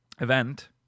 event